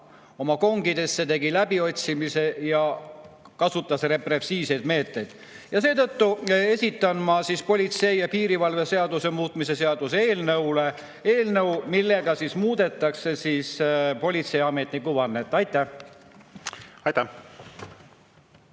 oma kongidesse, tegi läbiotsimisi ning kasutas repressiivseid meetmeid. Seetõttu esitan ma politsei ja piirivalve seaduse muutmise seaduse eelnõu, millega muudetakse politseiametniku vannet. Aitäh! Aitäh!